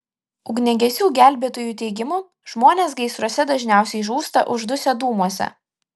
ugniagesių gelbėtojų teigimu žmonės gaisruose dažniausiai žūsta uždusę dūmuose